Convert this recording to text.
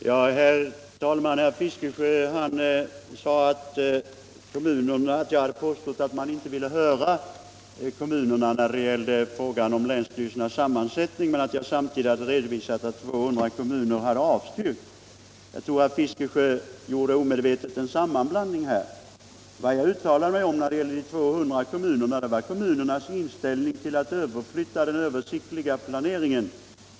Herr talman! Herr Fiskesjö sade att jag hade påstått att man inte ville höra kommunerna när det gällde frågan om länsstyrelsernas sammansättning men att jag samtidigt redovisat att 200 kommuner hade avstyrkt. Jag tror att herr Fiskesjö här omedvetet gjort en sammanblandning. Vad jag uttalade mig om när det gällde de 200 kommunerna var kommunernas inställning till att överflytta den översiktliga planeringen.